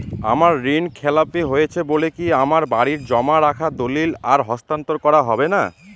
আমার ঋণ খেলাপি হয়েছে বলে কি আমার বাড়ির জমা রাখা দলিল আর হস্তান্তর করা হবে না?